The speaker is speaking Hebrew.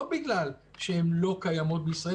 לא בגלל שהם לא קיימים בישראל,